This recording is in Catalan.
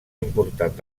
important